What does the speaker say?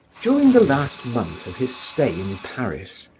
during the last month of his stay in paris,